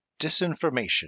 Disinformation